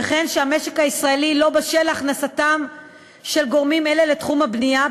וכן שהמשק הישראלי לא בשל להכנסתם של גורמים אלה לתחום הבנייה,